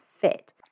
fit